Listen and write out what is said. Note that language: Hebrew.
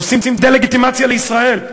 עושים דה-לגיטימציה לישראל.